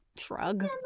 shrug